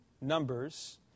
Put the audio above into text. Numbers